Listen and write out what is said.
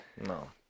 no